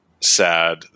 sad